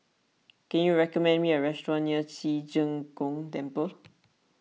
can you recommend me a restaurant near Ci Zheng Gong Temple